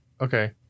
Okay